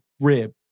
rib